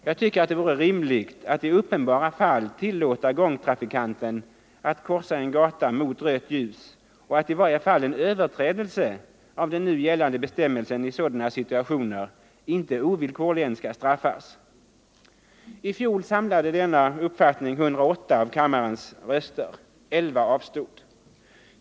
Jag tycker att det vore rimligt att i uppenbart trafikofarliga fall tillåta gångtrafikanten att korsa en gata mot rött ljus och att i varje fall en överträdelse av den nu gällande bestämmelsen i sådana situationer inte ovillkorligen skall straffas. möter avstod från att rösta.